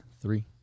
three